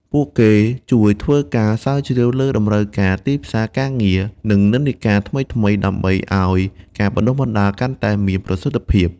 ពួកគេជួយធ្វើការស្រាវជ្រាវលើតម្រូវការទីផ្សារការងារ និងនិន្នាការថ្មីៗ ដើម្បីឱ្យការបណ្តុះបណ្តាលកាន់តែមានប្រសិទ្ធភាព។